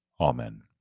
Amen